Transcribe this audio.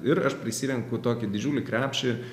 ir aš prisirenku tokį didžiulį krepšį